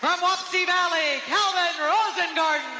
um um wapsie valley, kalvyn rosengarten.